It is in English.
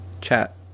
chat